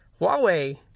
Huawei